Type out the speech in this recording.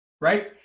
right